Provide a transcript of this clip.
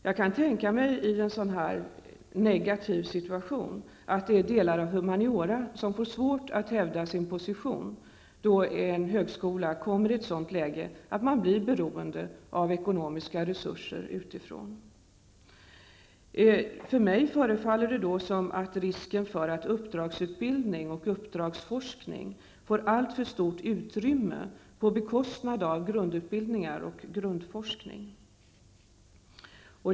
Jag kan tänka mig att det i en sådan negativ situation, när en högskola kommer i ett sådant läge att man blir beroende av ekonomiska resurser utifrån, är delar av humaniora som får svårt att hävda sin position. Mig förefaller det som om det då finns en risk att uppdragsutbildning och uppdragsforskning får alltför stort utrymme på bekostnad av grundutbildning och grundforskning.